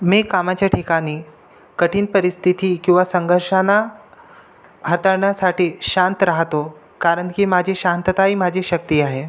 मी कामाच्या ठिकाणी कठीण परिस्थिती किंवा संघर्षांना हाताळण्यासाठी शांत राहतो कारण की माझी शांतता ही माझी शक्ती आहे